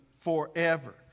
forever